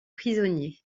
prisonniers